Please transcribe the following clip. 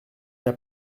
n’a